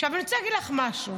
אני רוצה להגיד לך משהו.